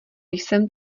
jsem